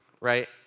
right